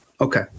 Okay